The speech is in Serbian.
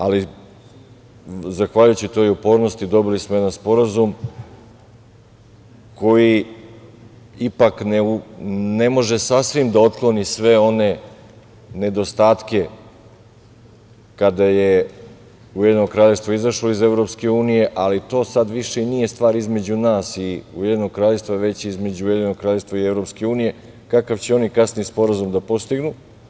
Ali, zahvaljujući toj upornosti, dobili smo jedan sporazum koji ipak ne može sasvim da otkloni sve one nedostatke kada je Ujedinjeno Kraljevstvo izašlo iz Evropske unije, ali to sad više nije stvar između nas i Ujedinjenog Kraljevstva, već između Ujedinjenog Kraljevstva i Evropske unije, kakav će oni kasnije sporazum da postignu.